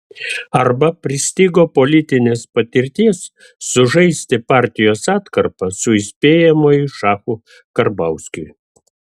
arba pristigo politinės patirties sužaisti partijos atkarpą su įspėjamuoju šachu karbauskiui